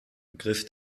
ergriff